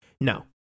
No